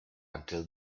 until